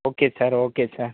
okay sir okay sir